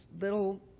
little